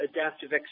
adaptive